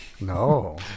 No